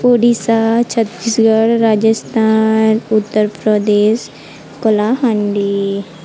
Odisha Chhattisgarh Rajasthan Uttar Pradesh Kalahandi